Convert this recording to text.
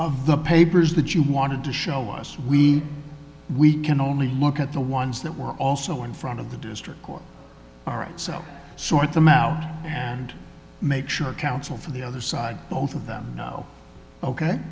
at the papers that you wanted to show us we we can only look at the ones that were also in front of the district court all right so sort them out and make sure counsel for the other side both of them know ok